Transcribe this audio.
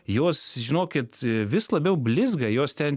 jos žinokit vis labiau blizga jos ten